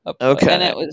Okay